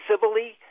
civilly